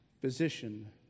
Physician